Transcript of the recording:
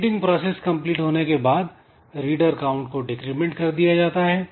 reading process complete होने के बाद रीडर काउंट को डिक्रिमेंट कर दिया जाता है